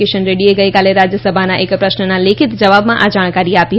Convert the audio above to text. કિસન રેડ્ડીએ ગઈકાલે રાજ્યસભાના એક પ્રશ્નના લેખિત જવાબમાં આ જાણકારી આપી